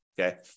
Okay